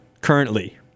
currently